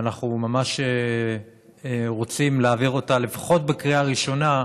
ואנחנו ממש רוצים להעביר אותה לפחות בקריאה ראשונה,